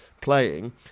playing